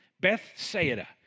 Bethsaida